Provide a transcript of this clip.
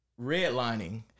redlining